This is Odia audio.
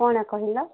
କ'ଣ କହିଲ